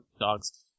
dogs